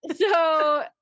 So-